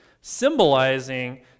symbolizing